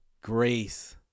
grace